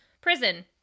prison